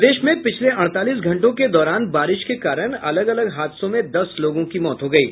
प्रदेश में पिछले अड़तालीस घंटों के दौरान बारिश के कारण अलग अलग हादसों में दस लोगों की मौत हो गयी